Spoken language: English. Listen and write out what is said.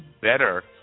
better